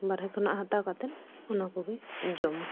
ᱵᱟᱦᱨᱮ ᱠᱷᱚᱱᱟᱜ ᱦᱟᱛᱟᱣ ᱠᱟᱛᱮᱫ ᱚᱱᱟ ᱠᱚᱜᱮ ᱡᱚᱢ ᱢᱮ